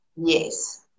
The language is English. Yes